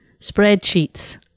Spreadsheets